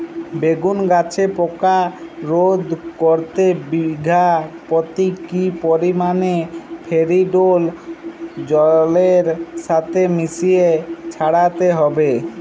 বেগুন গাছে পোকা রোধ করতে বিঘা পতি কি পরিমাণে ফেরিডোল জলের সাথে মিশিয়ে ছড়াতে হবে?